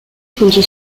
kunci